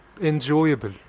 enjoyable